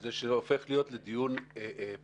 זה שזה הופך לדיון פוליטי